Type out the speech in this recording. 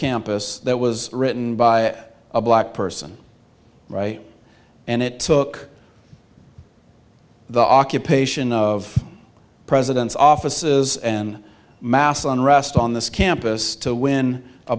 campus that was written by a black person and it took the occupation of presidents offices and mass unrest on this campus to win a